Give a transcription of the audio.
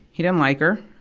he didn't like her.